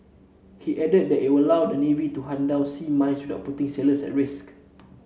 he added that it will allow the navy to hunt down sea mines without putting sailors at risk